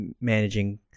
managing